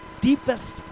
deepest